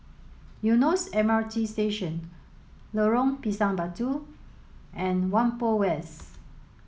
Eunos M R T Station Lorong Pisang Batu and Whampoa West